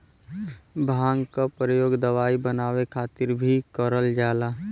भांग क परयोग दवाई बनाये खातिर भीं करल जाला